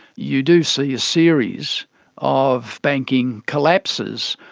you do see a series of banking collapses,